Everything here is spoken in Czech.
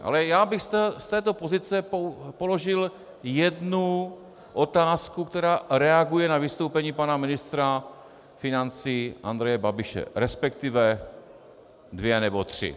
Ale já bych z této pozice položil jednu otázku, která reaguje na vystoupení pana ministra financí Andreje Babiše, resp. dvě nebo tři.